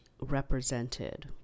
represented